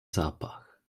zapach